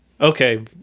Okay